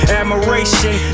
admiration